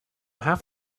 have